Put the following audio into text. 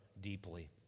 deeply